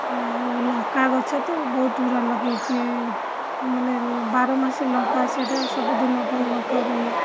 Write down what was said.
ଆଉ ଲଙ୍କା ଗଛ ତ ବହୁତ ଗୁଡ଼ା ଲଗେଇଛି ମାନେ ବାରମାସୀ ଲଙ୍କା ସେଟା ସବୁଦିନ ପାଇଁ ଲଙ୍କା ହୁଏ